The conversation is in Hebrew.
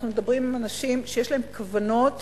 אנחנו מדברים עם אנשים שיש להם כוונות